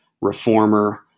reformer